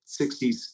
60s